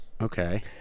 okay